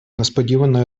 несподівано